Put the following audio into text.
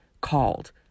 called